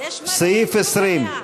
סעיף 20,